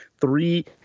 three